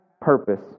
purpose